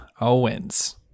Owens